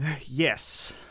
Yes